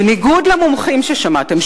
פעלתם בניגוד לעמדתם של המומחים ששמעתם,